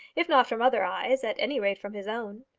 if not from other eyes, at any rate from his own.